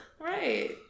Right